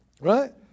Right